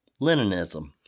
Leninism